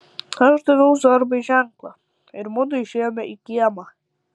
aš daviau zorbai ženklą ir mudu išėjome į kiemą